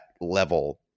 level